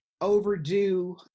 overdue